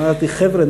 אמרתי: חבר'ה,